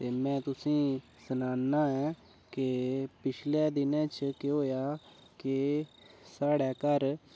ते में तुसें ई सनाना ऐ कि पिछले दिनें च केह् होया की साढ़े घर